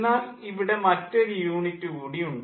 എന്നാൽ ഇവിടെ മറ്റൊരു യൂണിറ്റ് കൂടിയുണ്ട്